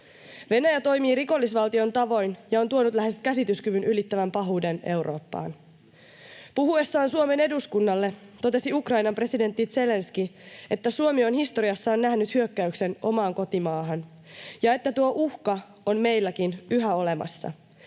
Venäjä toimii rikollisvaltion tavoin ja on tuonut lähes käsityskyvyn ylittävän pahuuden Eurooppaan. Puhuessaan Suomen eduskunnalle totesi Ukrainan presidentti Zelenskyi, että Suomi on historiassaan nähnyt hyökkäyksen omaan kotimaahansa ja että tuo uhka on meilläkin yhä olemassa.